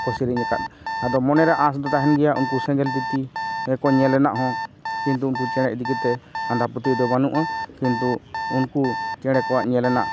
ᱠᱚ ᱥᱮᱨᱮᱧ ᱟᱠᱟᱫ ᱟᱫᱚ ᱢᱚᱱᱮᱨᱮ ᱟᱥᱫᱚ ᱛᱟᱦᱮᱱ ᱜᱮᱭᱟ ᱩᱱᱠᱩ ᱥᱮᱸᱜᱮᱞ ᱛᱤᱛᱤ ᱠᱚ ᱧᱮᱞ ᱨᱮᱱᱟᱜᱦᱚᱸ ᱠᱤᱱᱛᱩ ᱩᱱᱠᱩ ᱪᱮᱬᱮ ᱤᱫᱤᱠᱟᱛᱮ ᱟᱸᱫᱷᱟ ᱯᱟᱹᱛᱭᱟᱹᱣ ᱫᱚ ᱵᱟᱹᱱᱩᱜᱼᱟ ᱠᱤᱱᱛᱩ ᱩᱱᱠᱩ ᱪᱮᱬᱮ ᱠᱚᱣᱟᱜ ᱧᱮᱞ ᱨᱮᱱᱟᱜ